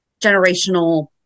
generational